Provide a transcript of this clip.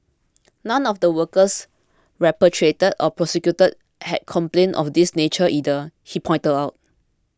none of the workers repatriated or prosecuted had complaints of this nature either he pointed out